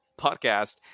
podcast